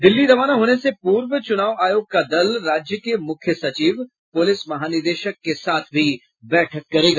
दिल्ली रवाना होने से पूर्व चुनाव आयोग का दल राज्य के मुख्य सचिव पुलिस महानिदेशक के साथ भी बैठक करेगा